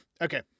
Okay